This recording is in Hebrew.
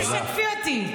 תשתפי אותי.